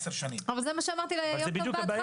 עשר שנים --- אבל זה מה שאמרתי ליום טוב בהתחלה.